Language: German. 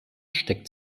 steckt